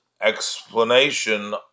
explanation